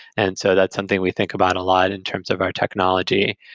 and so that's something we think about a lot in terms of our technology.